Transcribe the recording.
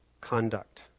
conduct